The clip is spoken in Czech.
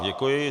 Děkuji.